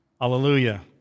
Hallelujah